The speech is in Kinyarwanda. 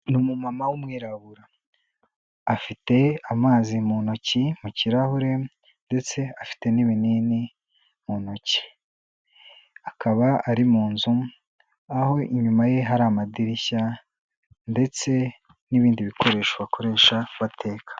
Ni umumama w'umwirabura. Afite amazi mu ntoki mu kirahure, ndetse afite n'ibinini mu ntoki akaba ari mu nzu aho inyuma ye hari amadirishya ndetse n'ibindi bikoresho bakoresha bateka.